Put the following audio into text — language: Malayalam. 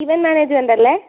ഇവന്റ് മാനേജ്മെന്റല്ലേ